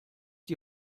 die